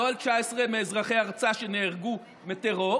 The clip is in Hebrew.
לא על 19 מאזרחי ארצה שנהרגו מטרור.